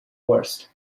worst